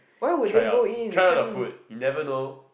try out try out the food you never know